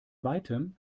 weitem